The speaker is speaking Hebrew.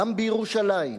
גם בירושלים,